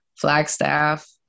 flagstaff